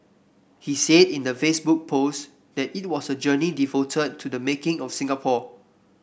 he said in the Facebook post that it was a journey devoted to the making of Singapore